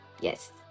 Yes